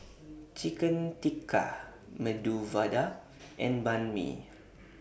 Chicken Tikka Medu Vada and Banh MI